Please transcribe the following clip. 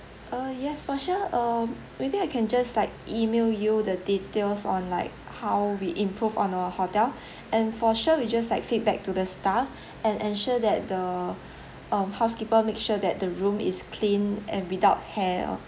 uh yes for sure um maybe I can just like email you the details on like how we improve on our hotel and for sure we just like feedback to the staff and ensure that the um housekeeper make sure that the room is clean and without hair ah